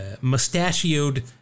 mustachioed